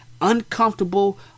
uncomfortable